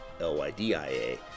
l-y-d-i-a